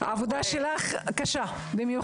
יש לך עבודה קשה במיוחד.